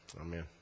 Amen